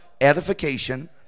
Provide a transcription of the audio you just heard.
edification